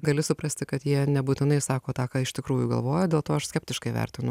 gali suprasti kad jie nebūtinai sako tą ką iš tikrųjų galvoja dėl to aš skeptiškai vertinu